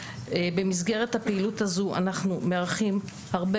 במסגרת הפעילות הזו אנחנו מארחים הרבה